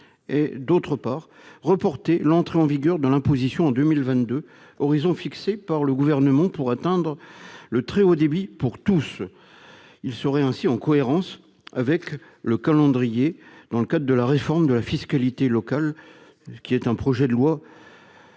et, d'autre part, de reporter l'entrée en vigueur de l'imposition à 2022, horizon fixé par le Gouvernement pour atteindre le très haut débit pour tous. Cet amendement serait ainsi en cohérence avec le calendrier de la réforme de la fiscalité locale, un projet de loi